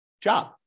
job